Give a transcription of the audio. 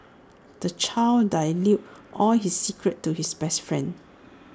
the child divulged all his secrets to his best friend